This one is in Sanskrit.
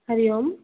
हरिः ओम्